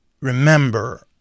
remember